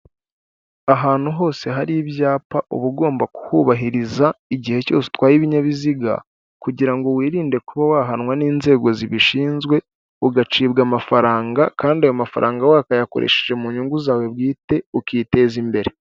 Ahantu hose hari ibyapa uba ugomba kubabahiriza igihe cyose utwaye ibinyabiziga, kugira ngo wirinde kuba wahanwa n'inzego zibishinzwe, ugacibwa amafaranga, kandi ayo mafaranga wakayakoresheje mu nyungu zawe bwite ukiteza imbere.